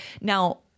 Now